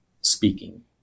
speaking